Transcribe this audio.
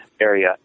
area